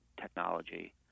technology